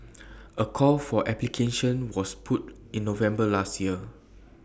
A call for applications was put in November last year